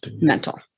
Mental